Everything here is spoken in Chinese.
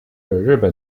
日本